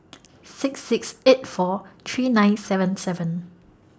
six six eight four three nine seven seven